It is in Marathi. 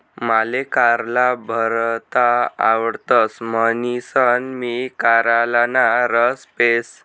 माले कारला भरता आवडतस म्हणीसन मी कारलाना रस पेस